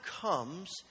comes